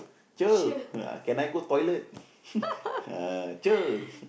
Cher uh can I go toilet uh Cher